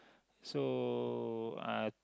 so uh